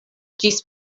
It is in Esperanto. ĝis